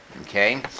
okay